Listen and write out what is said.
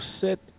sit